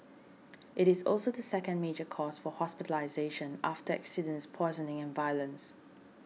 it is also the second major cause for hospitalisation after accidents poisoning and violence